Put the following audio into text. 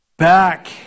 back